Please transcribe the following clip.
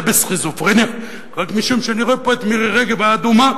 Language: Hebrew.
אני אחלה בסכיזופרניה רק משום שאני רואה פה את מירי רגב האדומה,